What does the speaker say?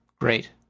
Great